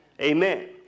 Amen